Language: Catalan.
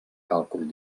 càlcul